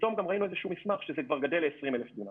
ופתאום ראינו איזשהו מסמך שזה כבר גדל ל-20,000 דונם.